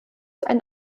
ein